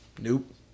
Nope